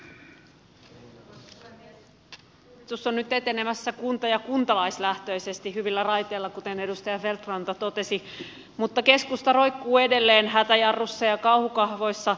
uudistus on nyt etenemässä kunta ja kuntalaislähtöisesti hyvillä raiteilla kuten edustaja feldt ranta totesi mutta keskusta roikkuu edelleen hätäjarrussa ja kauhukahvoissa